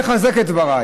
איך אתה לוקח את זה לשם?